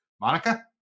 Monica